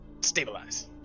Stabilize